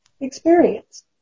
experience